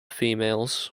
females